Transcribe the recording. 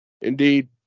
Indeed